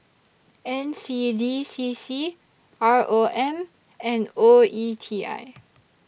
N C D C C R O M and O E T I